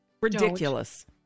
Ridiculous